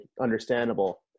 understandable